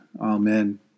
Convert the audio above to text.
Amen